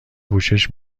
پوشش